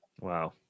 Wow